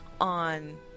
on